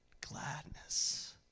gladness